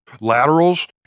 laterals